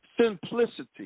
Simplicity